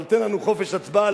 אבל תן לנו חופש הצבעה,